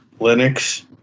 Linux